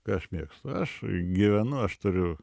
ką aš mėgstu aš gyvenu aš turiu